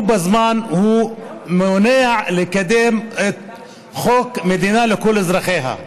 בזמן מונעת לקדם חוק מדינה לכל אזרחיה.